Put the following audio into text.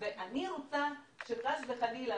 והנכדים שלי,